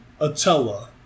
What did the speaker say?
Atella